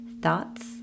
thoughts